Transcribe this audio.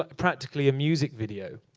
ah practically a music video.